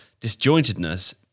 disjointedness